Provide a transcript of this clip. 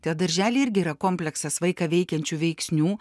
tie darželiai irgi yra kompleksas vaiką veikiančių veiksnių